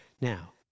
Now